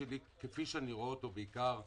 כפי שאני רואה אותו בעיקר,